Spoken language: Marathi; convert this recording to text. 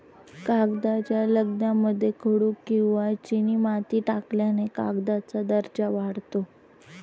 कागदाच्या लगद्यामध्ये खडू किंवा चिनीमाती टाकल्याने कागदाचा दर्जा वाढतो